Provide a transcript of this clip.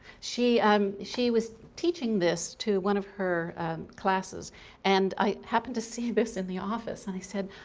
she um she was teaching this to one of her classes and i happened to see this in the office and i said,